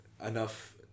enough